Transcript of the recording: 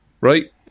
Right